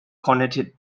connected